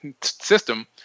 system